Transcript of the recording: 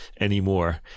anymore